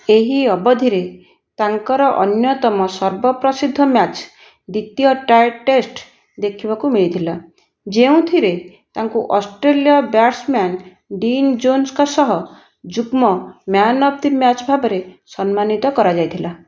ଏହି ଅବଧିରେ ତାଙ୍କର ଅନ୍ୟତମ ସର୍ବପ୍ରସିଦ୍ଧ ମ୍ୟାଚ୍ ଦ୍ୱିତୀୟ ଟାଏଡ଼୍ ଟେଷ୍ଟ ଦେଖିବାକୁ ମିଳିଥିଲା ଯେଉଁଥିରେ ତାଙ୍କୁ ଅଷ୍ଟ୍ରେଲୀୟ ବ୍ୟାଟ୍ସମ୍ୟାନ୍ ଡିନ୍ ଜୋନ୍ସ୍ଙ୍କ ସହ ଯୁଗ୍ମ ମ୍ୟାନ୍ ଅଫ୍ ଦି ମ୍ୟାଚ୍ ଭାବରେ ସମ୍ମାନିତ କରାଯାଇଥିଲା